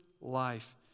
life